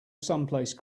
someplace